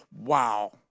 Wow